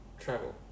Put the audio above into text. travel